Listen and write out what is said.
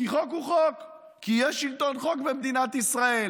כי חוק הוא חוק כי יש שלטון חוק במדינת ישראל.